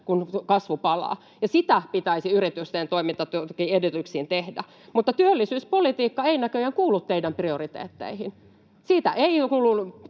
kun kasvu palaa. Sitä pitäisikin yritysten toimintaedellytyksillä tehdä. Työllisyyspolitiikka ei näköjään kuulu teidän prioriteetteihinne. Siitä ei ole kuultu